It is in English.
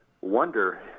wonder